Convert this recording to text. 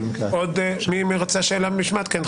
תודה.